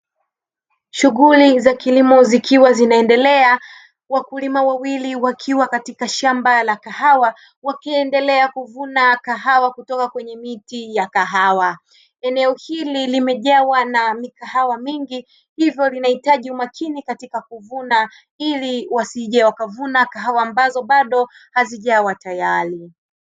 Shughuli za kilimo zikiwa zinaendelea, wakulima wawili wakiwa katika shamba la kahawa wakiendelea kuvuna kahawa kutoka kwenye miti ya kahawa. Eneo hili limejawa na mikahawa mingi, hivyo linahitaji umakini katika kuvuna ili wasije wakavuna kahawa ambazo bado hazijawa tayari.